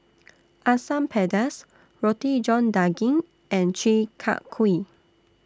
Asam Pedas Roti John Daging and Chi Kak Kuih